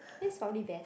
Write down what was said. that's solely bad